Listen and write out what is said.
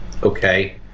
Okay